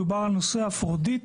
דובר על נושא אפרודיטה.